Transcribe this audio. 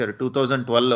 2012